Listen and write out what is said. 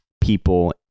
people